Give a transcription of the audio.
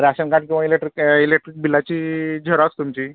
ration card किंवा electric electric बिलाची xerox तुमची